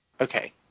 okay